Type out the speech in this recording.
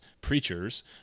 preachers